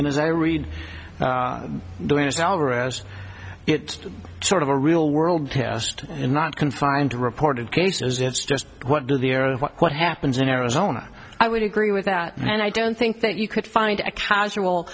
and as i read doing this alvarez it's sort of a real world test and not confined to reported cases it's just what do they are what happens in arizona i would agree with that and i don't think that you could find a casual